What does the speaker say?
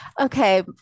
Okay